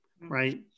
right